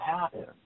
happen